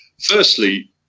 firstly